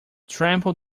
trample